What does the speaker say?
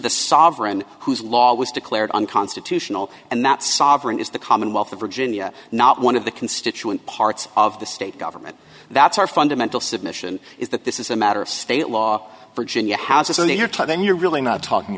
the sovereign whose law was declared unconstitutional and that sovereign is the commonwealth of virginia not one of the constituent parts of the state government that's our fundamental submission is that this is a matter of state law virginia house and your time then you're really not talking